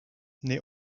naît